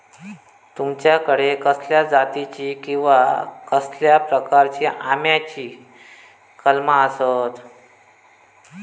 तुमच्याकडे कसल्या जातीची किवा कसल्या प्रकाराची आम्याची कलमा आसत?